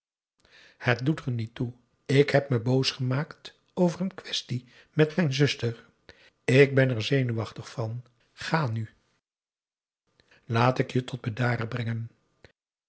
het doet er niet toe ik heb me boos gemaakt over p a daum hoe hij raad van indië werd onder ps maurits n quaestie met mijn zuster ik ben er zenuwachtig van ga nu laat ik je tot bedaren brengen